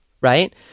right